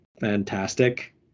fantastic